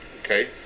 Okay